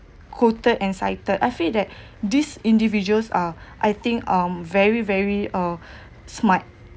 quoted and cited I feel that these individuals are I think um very very uh smart